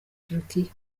turkiya